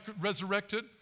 resurrected